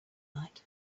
night